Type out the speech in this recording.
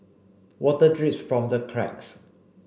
water drips from the cracks